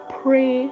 pray